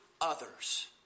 others